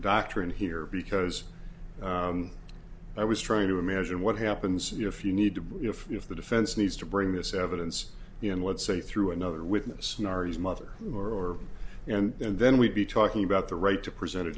doctrine here because i was trying to imagine what happens if you need to hear from you if the defense needs to bring this evidence in let's say through another witness his mother or you know and then we'd be talking about the right to present a